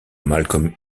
malcolm